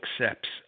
accepts